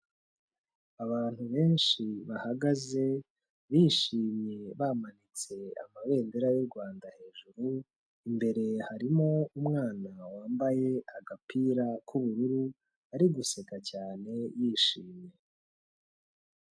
Abantu benshi bahagaze bishimye bamanitse amabendera y'u Rwanda hejuru, imbere harimo umwana wambaye agapira k'ubururu, ari guseka cyane yishimye.